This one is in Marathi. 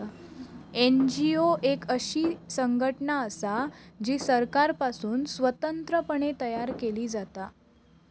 एन.जी.ओ एक अशी संघटना असा जी सरकारपासुन स्वतंत्र पणे तयार केली जाता